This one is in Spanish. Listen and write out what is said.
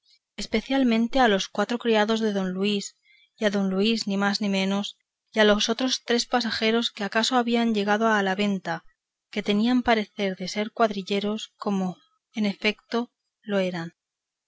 especialmente a los cuatro criados de don luis y a don luis ni más ni menos y a otros tres pasajeros que acaso habían llegado a la venta que tenían parecer de ser cuadrilleros como en efeto lo eran